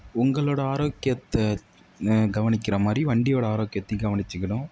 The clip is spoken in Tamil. உங்களோடய ஆரோக்கியத்தை கவனிக்கின்ற மாதிரி வண்டியோடய ஆரோக்கியத்தையும் கவனித்துக்கணும்